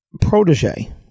protege